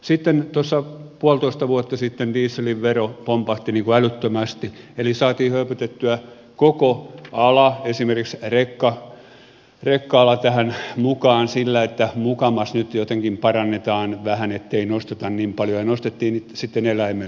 sitten tuossa puolitoista vuotta sitten dieselin vero pompahti älyttömästi eli saatiin höykytettyä koko ala esimerkiksi rekka ala tähän mukaan sillä että mu kamas nyt jotenkin parannetaan vähän ettei nosteta niin paljon ja nostettiin sitten eläimellisesti